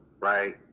right